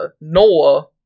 Noah